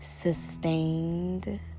Sustained